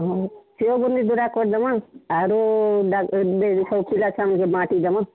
ହଁ ସେଓ ବୁନ୍ଦି ଯୋଡ଼ା କରିଦେମା ଆରୁ ସବୁ ପିଲାଛୁଆମାନଙ୍କେ ବାଣ୍ଟିଦେମା